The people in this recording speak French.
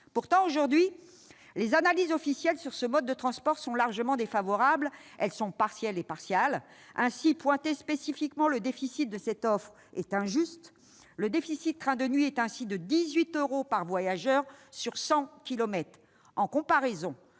Pourtant, aujourd'hui, les analyses « officielles » sur ce mode de transport lui sont largement défavorables. Elles sont partielles et partiales. Il est injuste de pointer spécifiquement le déficit de cette offre. Le déficit du train de nuit est de 18 euros par voyageur sur 100